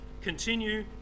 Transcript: continue